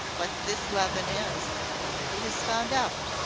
what this leaven is who has found out?